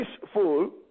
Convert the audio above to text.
peaceful